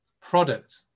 product